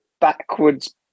backwards